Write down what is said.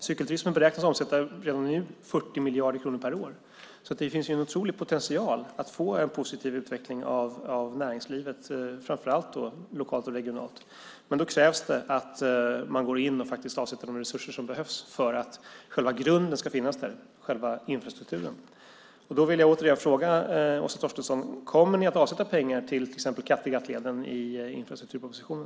Cykelturismen beräknas redan nu omsätta 40 miljarder kronor per år. Det finns en otrolig potential att få en positiv utveckling av näringslivet, framför allt lokalt och regionalt. Men då krävs att man går in och avsätter de resurser som behövs för att själva grunden ska finnas där, själva infrastrukturen. Då vill jag åter fråga Åsa Torstensson: Kommer ni att avsätta pengar i infrastrukturpropositionen till exempelvis Kattegattleden?